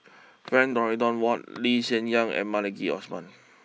Frank Dorrington Ward Lee Hsien Yang and Maliki Osman